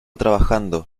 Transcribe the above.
trabajando